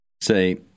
Say